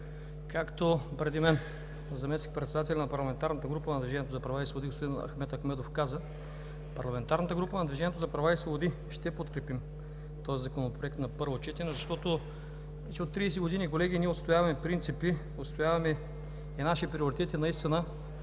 Както преди мен заместник-председателят на парламентарната група на „Движението за права и свободи“ господин Ахмед Ахмедов каза, парламентарната група на „Движението за права и свободи“ ще подкрепим този законопроект на първо четене. От 30 години, колеги, отстояваме принципи, отстояваме наши приоритети и наистина